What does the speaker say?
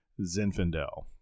Zinfandel